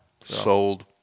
Sold